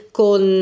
con